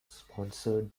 sponsored